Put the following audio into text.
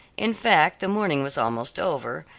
in fact, the morning was almost over,